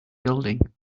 building